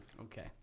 okay